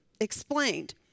explained